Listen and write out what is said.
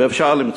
ואפשר למצוא.